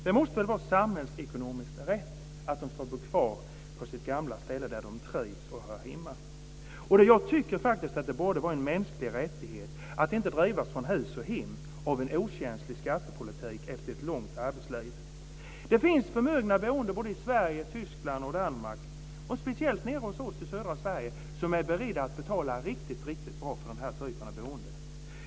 Det måste väl vara samhällsekonomiskt riktigt att de får bo kvar på sitt gamla ställe, där de trivs och hör hemma. Jag tycker faktiskt att det borde vara en mänsklig rättighet att inte drivas från hus och hem av en okänslig skattepolitik efter ett långt arbetsliv. Det finns förmögna boende i Sverige, i Tyskland och i Danmark som är beredda att betala riktigt, riktigt bra för den här typen av boende, speciellt nere hos oss i södra Sverige.